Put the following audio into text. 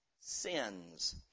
sins